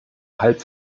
halb